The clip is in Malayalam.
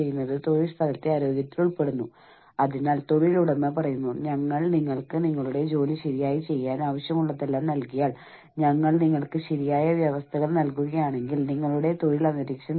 ഇത് നമ്മുടെ മനസ്സുമായി അതുപോലെ ബന്ധപ്പെട്ട ആളുകളുമായി പ്രധാനപ്പെട്ട ആളുകളുമായി ദൈനംദിന അടിസ്ഥാനത്തിൽ നമ്മുടെ പരിതസ്ഥിതിയിൽ ഇടപഴകുന്ന ആളുകളുമായി എല്ലാമുള്ള നമ്മുടെ ഇടപഴകലുകളെ ആശ്രയിച്ചിരിക്കുന്നു